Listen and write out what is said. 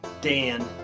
Dan